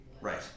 Right